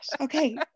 okay